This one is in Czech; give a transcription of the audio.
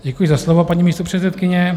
Děkuji za slovo, paní místopředsedkyně.